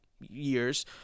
years